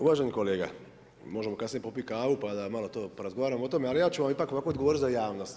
Uvaženi kolega, možemo kasnije popit kavu pada malo porazgovaramo o tome, ali ja ću vam ipak ovako odgovoriti za javnost.